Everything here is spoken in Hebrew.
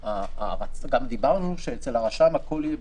אם אנחנו מדברים על שכיר נניח שנקלע